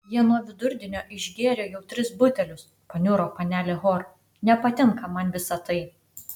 jie nuo vidurdienio išgėrė jau tris butelius paniuro panelė hor nepatinka man visa tai